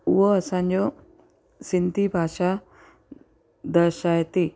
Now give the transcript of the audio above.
हूअ असांजो सिंधी भाषा दर्शाए थी